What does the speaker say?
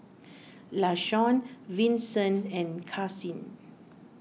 Lashawn Vinson and Karsyn